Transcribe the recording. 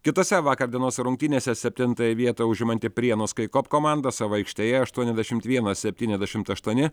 kitose vakar dienos rungtynėse septintąją vietą užimanti prienų skaikop komanda savo aikštėje aštuoniasdešimt vienas septyniasdešimt aštuoni